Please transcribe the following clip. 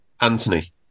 Anthony